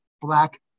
black